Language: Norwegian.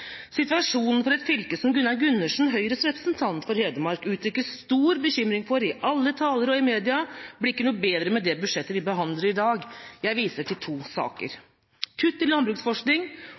Situasjonen for et fylke som Gunnar Gundersen, Høyres representant for Hedmark, uttrykker stor bekymring for i alle taler og i media, blir ikke noe bedre med det budsjettet vi behandler i dag. Jeg viser til to saker: kutt i landbruksforskning